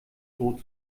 droht